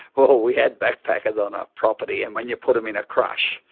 well, we had backpackers on our property and when you put them in a crush,